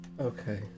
Okay